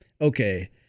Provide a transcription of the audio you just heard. okay